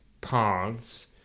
paths